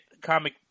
comic